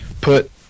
put